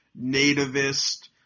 nativist